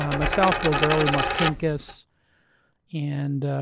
um myself, bill gurley, mark pincus and